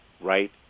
right